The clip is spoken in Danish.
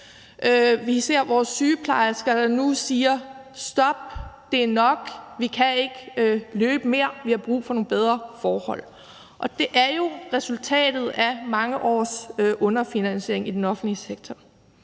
vi ser vores sygeplejersker, der nu siger: Stop, det er nok, vi kan ikke løbe mere; vi har brug for nogle bedre forhold. Og det er jo resultatet af mange års underfinansiering i den offentlige sektor.